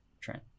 Trent